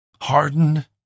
hardened